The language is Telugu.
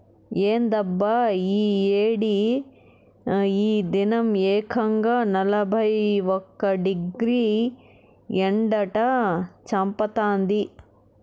ఏందబ్బా ఈ ఏడి ఈ దినం ఏకంగా నలభై ఒక్క డిగ్రీ ఎండట చంపతాంది